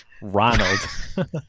Ronald